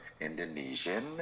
Indonesian